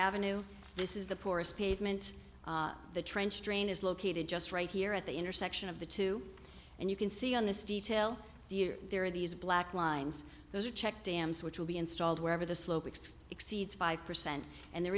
ave this is the poorest pavement the trench train is located just right here at the intersection of the two and you can see on this detail the year there are these black lines those are checked dams which will be installed wherever the slope mixed exceeds five percent and there